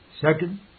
Second